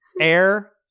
air